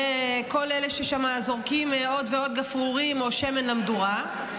וכל אלה ששם זורקים עוד ועוד גפרורים או שמן למדורה,